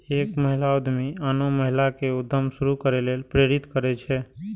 एक महिला उद्यमी आनो महिला कें उद्यम शुरू करै लेल प्रेरित करै छै